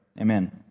Amen